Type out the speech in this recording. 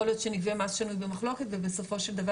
יכול להיות שנגבה מס שנוי במחלוקת ובסופו של דבר